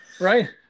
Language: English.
Right